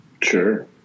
Sure